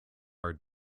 are